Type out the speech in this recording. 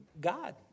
God